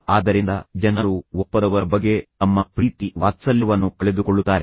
ಆದ್ದರಿಂದ ಸಾಮಾನ್ಯವಾಗಿ ಜನರು ಒಪ್ಪದವರ ಬಗ್ಗೆ ತಮ್ಮ ಪ್ರೀತಿ ಮತ್ತು ವಾತ್ಸಲ್ಯವನ್ನು ಕಳೆದುಕೊಳ್ಳುತ್ತಾರೆ